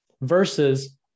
versus